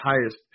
highest